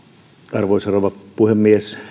arvoisa rouva puhemies